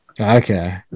Okay